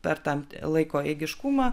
per tam laiko eigiškumą